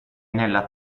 nella